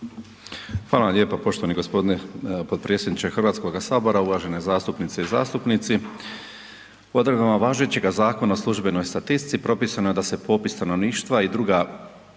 vam lijepo poštovani gospodine potpredsjedniče Hrvatskoga sabora. Uvažene zastupnice i zastupnici, odredbama važećega Zakona o službenoj statistici propisano je da se popis stanovništva i druga